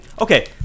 okay